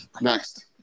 Next